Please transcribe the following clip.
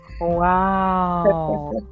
Wow